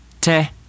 te